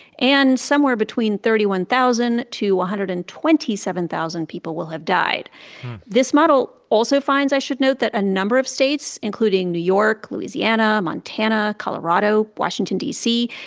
and somewhere between thirty one thousand to one hundred and twenty seven thousand people will have died this model also finds, i should note, that a number of states, including new york, louisiana, montana, colorado, washington, d c.